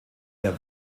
der